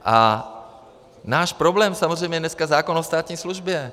A náš problém samozřejmě dneska je zákon o státní službě.